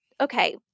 okay